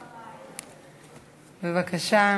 בבקשה.